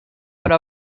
però